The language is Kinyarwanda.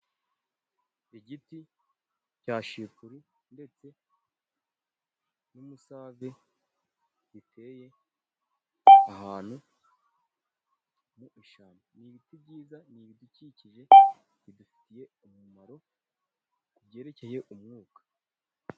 Igiti cya shipuri, ndetse n'umusave biteye ahantu mu ishyamba. Ni ibiti byiza ni ibidukikije bidufitiye umumaro, ku byerekeye umwuka.